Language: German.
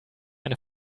eine